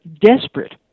desperate